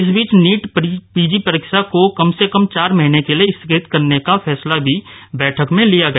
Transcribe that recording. इस बीच NEET PG परीक्षा को कम से कम चार महीने के लिए स्थगित करने का फैसला भी बैठक में लिया गया